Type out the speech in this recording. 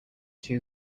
two